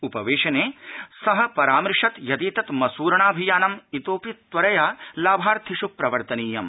उपवेशने सः परामृशत् यदेतत् मसूरणाभियानम् इतोऽपि त्वरया लाभार्थिष् प्रवर्तनीयम्